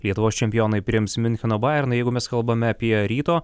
lietuvos čempionai priims miuncheno bayern jeigu mes kalbame apie ryto